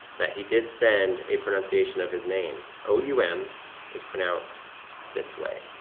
that he did send a pronunciation of his name. o u m is pronounced this way.